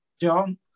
John